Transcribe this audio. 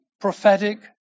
prophetic